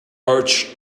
arch